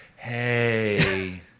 Hey